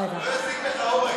לא יזיק לך, אורן.